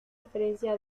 referencia